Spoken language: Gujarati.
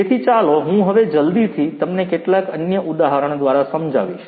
તેથી ચાલો હું હવે જલ્દીથી તમને કેટલાક અન્ય ઉદાહરણ દ્વારા સમજાવીશ